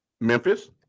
Memphis